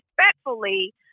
respectfully